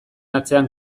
atzean